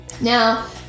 Now